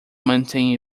maintain